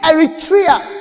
Eritrea